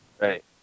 Right